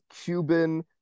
Cuban